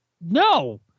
No